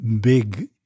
big